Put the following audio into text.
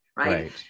Right